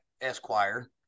Esquire